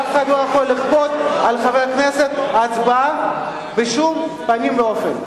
ואף אחד לא יכול לכפות על חבר כנסת הצבעה בשום פנים ואופן.